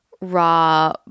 raw